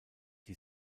die